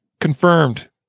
confirmed